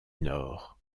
nord